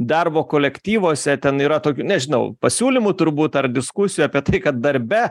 darbo kolektyvuose ten yra tokių nežinau pasiūlymų turbūt ar diskusijų apie tai kad darbe